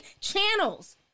channels